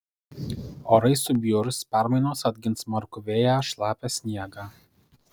orai subjurs permainos atgins smarkų vėją šlapią sniegą